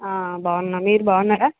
బాగున్నాను మీరు బాగున్నారా